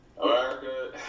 America